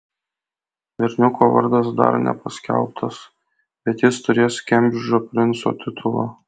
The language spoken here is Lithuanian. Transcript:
berniuko vardas dar nepaskelbtas bet jis turės kembridžo princo titulą